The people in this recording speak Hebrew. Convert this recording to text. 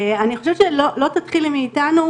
אני חושבת שלא תתחילי מאתנו,